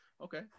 Okay